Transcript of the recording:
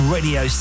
Radio